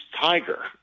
Tiger